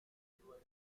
river